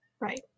Right